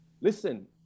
listen